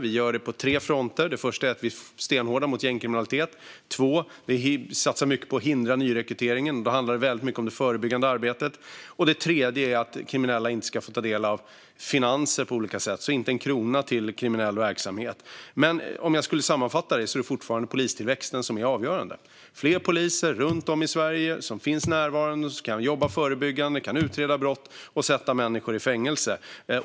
Vi gör det på tre fronter. Det första är att vi är stenhårda mot gängkriminalitet. Det andra är att vi satsar mycket på att hindra nyrekryteringen, och då handlar det väldigt mycket om det förebyggande arbetet. Det tredje är att kriminella inte ska få ta del av finanser på olika sätt. Inte en krona ska gå till kriminell verksamhet. Om jag ska sammanfatta är det dock fortfarande polistillväxten som är avgörande. Det handlar om fler poliser runt om i Sverige som finns närvarande och som kan jobba förebyggande, utreda brott och sätta människor i fängelse.